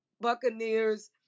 Buccaneers